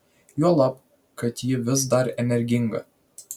juolab kad ji vis dar energinga